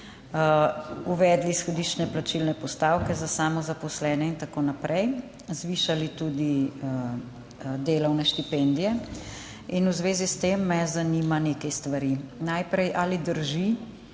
uvedli izhodiščne plačilne postavke za samozaposlene in tako naprej, zvišali tudi delovne štipendije. V zvezi s tem me zanima nekaj stvari. Najprej me